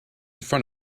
front